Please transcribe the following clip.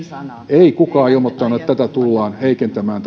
ei kukaan ilmoittanut että työsuhdeturvaa tullaan heikentämään